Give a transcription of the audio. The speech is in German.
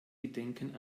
gedenken